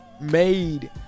made